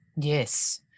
Yes